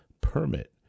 permit